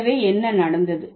எனவே என்ன நடந்தது